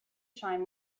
shine